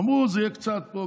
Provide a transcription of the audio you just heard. אמרו: זה יהיה קצת פה,